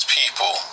people